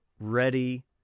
ready